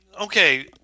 okay